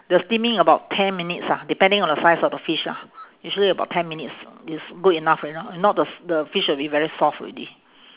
the steaming about ten minutes ah depending on the size of the fish lah usually about ten minutes is good enough you know if not the the fish is very soft already